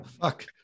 Fuck